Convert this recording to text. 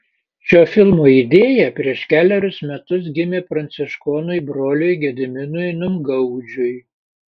šio filmo idėja prieš kelerius metus gimė pranciškonui broliui gediminui numgaudžiui